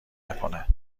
نکنه